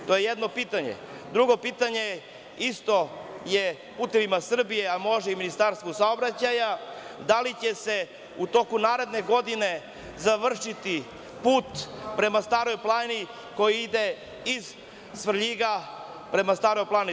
Drugo pitanje je upućeno Putevima Srbije, a može i Ministarstvu saobraćaja – da li će se u toku naredne godine završiti put prema Staroj Planini koji ide iz Svrljiga prema Staroj Planini?